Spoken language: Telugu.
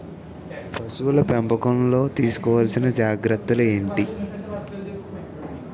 పశువుల పెంపకంలో తీసుకోవల్సిన జాగ్రత్త లు ఏంటి?